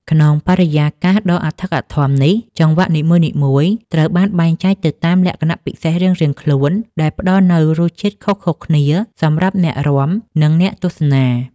ក្នុងបរិយាកាសដ៏អធិកអធមនេះ ចង្វាក់នីមួយៗត្រូវបានបែងចែកទៅតាមលក្ខណៈពិសេសរៀងៗខ្លួន ដែលផ្តល់នូវរសជាតិខុសៗគ្នាសម្រាប់អ្នករាំ និងអ្នកទស្សនា។